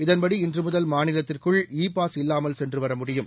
இதன்படி இன்று முதல் மாநிலத்திற்குள் இ பாஸ் இல்லாமல் சென்று வர முடியும்